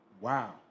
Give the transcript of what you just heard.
wow